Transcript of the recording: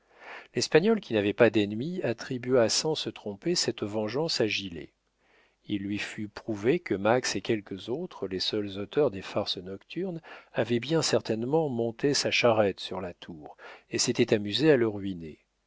l'espagnol qui n'avait pas d'ennemis attribua sans se tromper cette vengeance à gilet il lui fut prouvé que max et quelques autres les seuls auteurs des farces nocturnes avaient bien certainement monté sa charrette sur la tour et s'étaient amusés à le ruiner